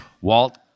Walt